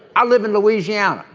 i live in louisiana.